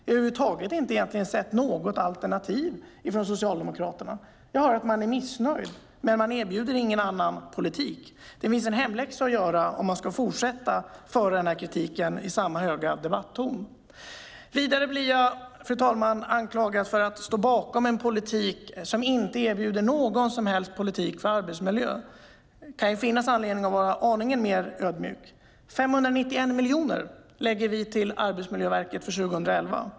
Jag har egentligen över huvud taget inte sett något alternativ från Socialdemokraterna. Jag hör att man är missnöjd, men man erbjuder ingen annan politik. Det finns en hemläxa att göra om man ska fortsätta att framföra denna kritik i samma höga debatton. Fru talman! Vidare blir jag anklagad för att stå bakom en politik som inte erbjuder någon som helst politik för arbetsmiljön. Det kan finnas anledning att vara aningen mer ödmjuk. Vi ger Arbetsmiljöverket 591 miljoner för 2011.